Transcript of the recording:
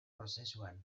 prozesuan